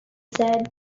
said